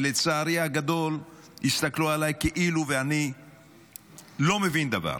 ולצערי הגדול, הסתכלו עליי כאילו אני לא מבין דבר.